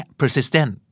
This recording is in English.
persistent